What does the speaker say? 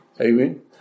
Amen